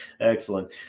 Excellent